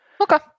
Okay